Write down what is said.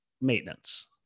maintenance